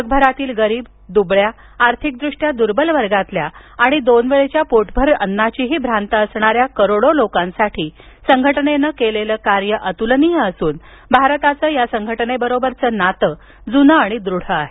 जगभरातील गरीब दुबळ्या आर्थिकदृष्ट्या दुर्बल वर्गातील आणि दोन वेळेच्या पोटभर अन्नाचीही भ्रांत असणाऱ्या करोडो लोकांसाठी संघटनेनं केलेलं कार्य अतुलनीय असून भारताचं या संघटनेबरोबरचे नाते जुने आणि दृढ आहे